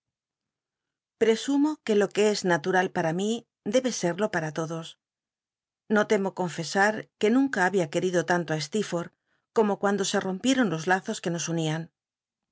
presumo que lo que es natural para mi debe serlo pa ra todos no temo confesar que nunca babia querido tanto ú stccrforth como cuando se rompieron los lazos que nos unían